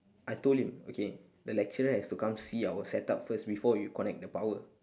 I told him okay the lecturer has to come see our setup first before we connect the power